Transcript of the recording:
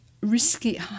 risky